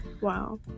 wow